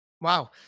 Wow